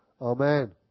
Amen